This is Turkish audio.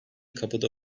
kapıda